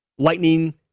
Lightning